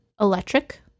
electric